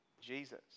Jesus